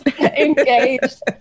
engaged